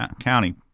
County